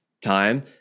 time